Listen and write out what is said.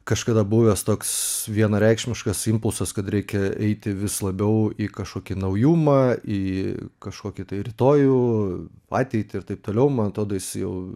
kažkada buvęs toks vienareikšmiškas impulsas kad reikia eiti vis labiau į kažkokį naujumą į kažkokį tai rytojų ateitį ir taip toliau man atrodo jis jau